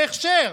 בהכשר.